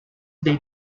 they